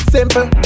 Simple